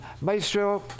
maestro